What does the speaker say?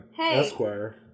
Esquire